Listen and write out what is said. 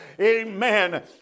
Amen